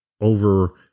over